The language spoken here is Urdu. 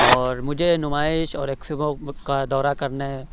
اور مجھے نمائش اور ایکسپو کا دورہ کرنے